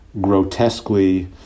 grotesquely